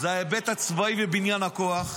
זה ההיבט הצבאי ובניין הכוח,